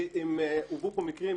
הובאו פה מקרים.